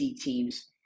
teams